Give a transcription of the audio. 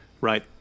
Right